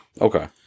Okay